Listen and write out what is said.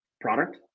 product